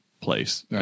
place